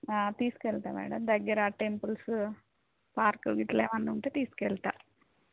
తీస్కెళ్తా madam దగ్గర temples park గిట్లేమన్నా ఉంటే తీస్కెళ్తా